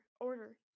Order